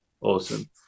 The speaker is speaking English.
Awesome